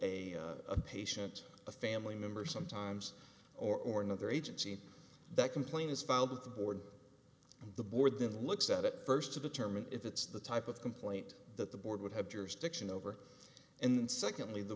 a patient a family member sometimes or or another agency that complaint is filed with the board the board then looks at it first to determine if it's the type of complaint that the board would have jurisdiction over and secondly the